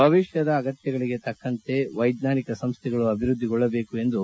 ಭವಿಷ್ಣದ ಅಗತ್ಯಗಳಿಗೆ ತಕ್ಕಂತೆ ವೈಜ್ವಾನಿಕ ಸಂಸ್ಥೆಗಳು ಅಭಿವೃದ್ದಿಗೊಳ್ಳಬೇಕು ಎಂದು ಹೇಳಿದರು